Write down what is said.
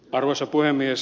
arvoisa puhemies